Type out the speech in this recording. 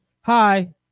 Hi